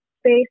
space